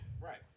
Right